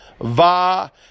va